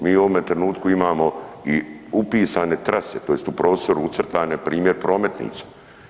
Mi u ovome trenutku imamo i upisane trase tj. u prostoru ucrtane primjer prometnica.